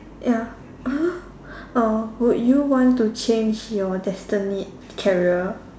ya !huh! uh would you want to change your destined career